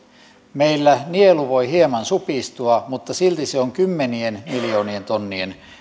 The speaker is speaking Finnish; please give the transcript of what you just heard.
meillä nielu voi hieman supistua mutta silti se on kymmenien miljoonien tonnien